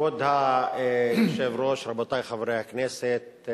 כבוד היושב-ראש, רבותי חברי הכנסת,